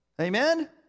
Amen